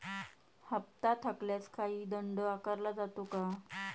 हप्ता थकल्यास काही दंड आकारला जातो का?